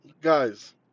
Guys